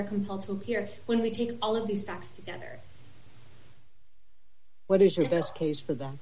are compelled to appear when we take all of these boxes to gather what is your best case for them